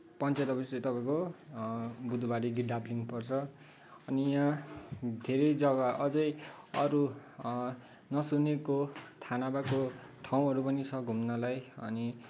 panchayat office चाहिँ तपाईँको बुधबारे कि गितडाब्लिङ पर्छ अनि यहाँ धेरै जग्गा अझै अरू नसुनेको थाहा नभएको ठाउँहरू पनि छ घुम्नलाई अनि